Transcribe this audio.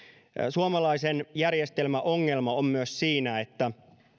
suomalaisen järjestelmän ongelma on myös siinä että